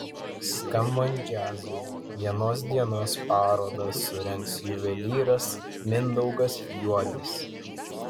skambant džiazui vienos dienos parodą surengs juvelyras mindaugas juodis